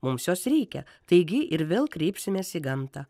mums jos reikia taigi ir vėl kreipsimės į gamtą